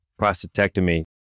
prostatectomy